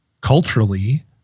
culturally